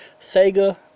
Sega